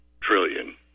trillion